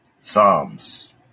Psalms